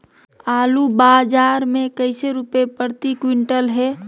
आलू बाजार मे कैसे रुपए प्रति क्विंटल है?